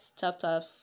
chapter